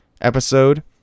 episode